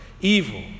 evil